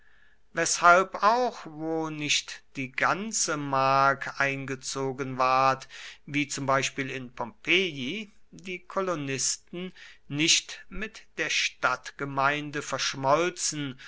weshalb auch wo nicht die ganze mark eingezogen ward wie zum beispiel in pompeii die kolonisten nicht mit der stadtgemeinde verschmolzen